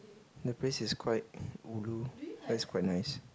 that place is quite ulu but is quite nice